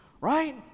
Right